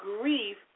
grief